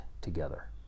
together